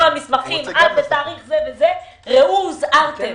המסמכים עד תאריך זה וזה ראו הוזהרתם,